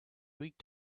week